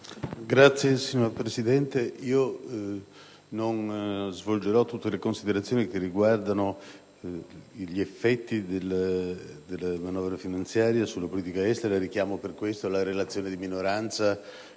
*(PD)*. Signor Presidente, non svolgerò tutte le considerazioni che riguardano gli effetti della manovra finanziaria sulla politica estera e richiamo a tal fine la relazione di minoranza